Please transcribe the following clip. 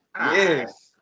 Yes